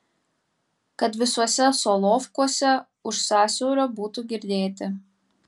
kad visuose solovkuose už sąsiaurio būtų girdėti